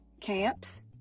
camps